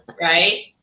right